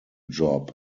job